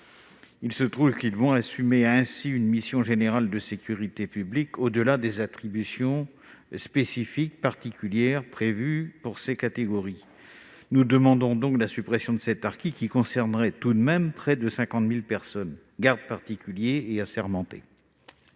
il se trouve qu'ils vont assumer ainsi une mission générale de sécurité publique, au-delà des attributions spécifiques particulières prévues pour ces catégories. Pour cette raison, nous demandons la suppression de cet article, qui concernerait tout de même près de 50 000 gardes particuliers assermentés.